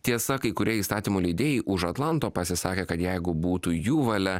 tiesa kai kurie įstatymų leidėjai už atlanto pasisakė kad jeigu būtų jų valia